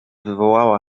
wywołała